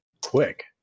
quick